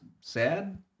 sad